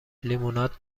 لیموناد